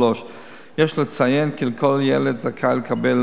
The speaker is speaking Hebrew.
יש לציין כי כל ילד זכאי לקבל